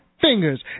fingers